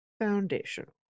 foundational